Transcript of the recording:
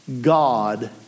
God